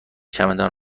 چمدان